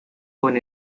con